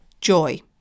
joy